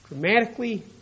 dramatically